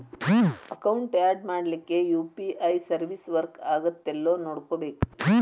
account add ಮಾಡ್ಲಿಕ್ಕೆ UPI service work ಆಗತ್ತೇಲ್ಲೋ ನೋಡ್ಕೋಬೇಕ್